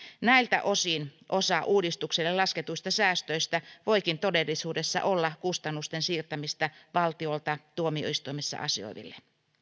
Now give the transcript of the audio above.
näiltä osin osa uudistukselle lasketuista säästöistä voikin todellisuudessa olla kustannusten siirtämistä valtiolta tuomioistuimissa asioiville